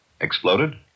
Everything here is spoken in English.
Exploded